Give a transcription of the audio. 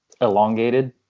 elongated